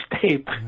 tape